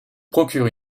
procure